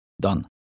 done